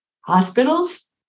hospitals